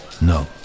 No